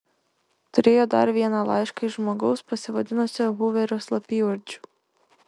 turėjo dar vieną laišką iš žmogaus pasivadinusio huverio slapyvardžiu